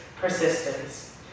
persistence